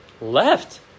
left